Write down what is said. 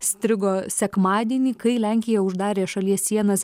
strigo sekmadienį kai lenkija uždarė šalies sienas